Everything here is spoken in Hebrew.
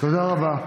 תודה רבה.